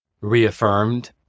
reaffirmed